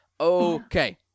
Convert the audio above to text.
Okay